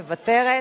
מוותרת.